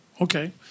Okay